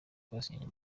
twasinyanye